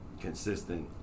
consistent